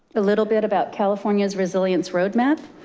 a little bit about california's resilience roadmap.